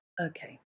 Okay